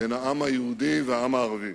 בין העם היהודי והעם הערבי".